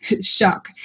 shock